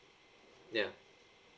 ya